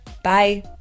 Bye